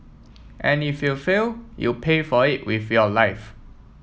and if you fail you pay for it with your life